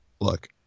Look